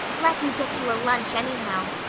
let me get you a lunch anyhow,